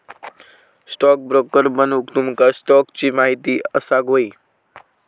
stockbroker बनूक तुमका स्टॉक्सची महिती असाक व्हयी